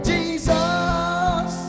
Jesus